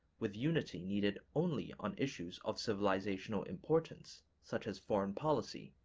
with unity needed only on issues of civilizational importance, such as foreign policy,